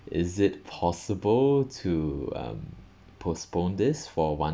is it possible to um postpone this for one